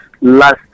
last